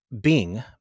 Bing